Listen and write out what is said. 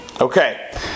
Okay